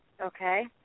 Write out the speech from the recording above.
Okay